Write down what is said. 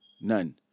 None